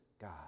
God